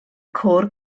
côr